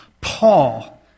Paul